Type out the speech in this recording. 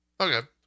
okay